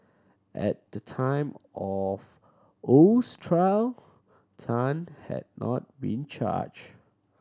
at the time of Oh's trial Tan had not been charged